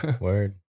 Word